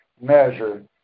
measure